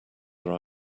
are